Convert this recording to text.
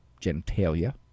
genitalia